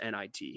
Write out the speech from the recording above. NIT